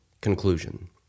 Conclusion